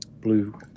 Blue